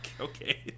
okay